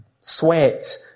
sweat